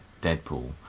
Deadpool